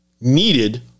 needed